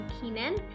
Keenan